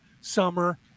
summer